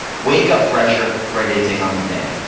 wake up fresher ready to take on the day.